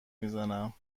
میزنم